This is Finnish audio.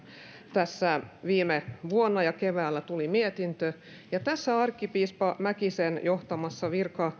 tässä viime vuonna ja keväällä tuli mietintö ja tässä arkkipiispa mäkisen johtamassa